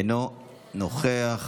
אינו נוכח,